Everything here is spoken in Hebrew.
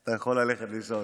אתה יכול ללכת לישון.